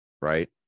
right